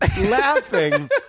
laughing